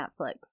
netflix